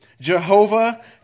Jehovah